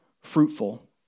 fruitful